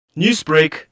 Newsbreak